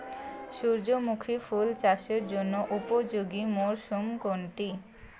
সূর্যমুখী ফুল চাষের জন্য উপযোগী মরসুম কোনটি?